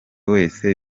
wese